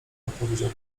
odpowiedział